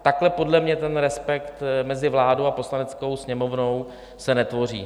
Takhle se podle mě ten respekt mezi vládou a Poslaneckou sněmovnou netvoří.